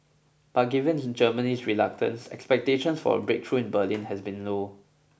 but given in Germany's reluctance expectations for a breakthrough in Berlin has been low